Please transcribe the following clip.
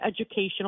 educational